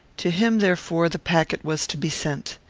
to him, therefore, the packet was to be sent.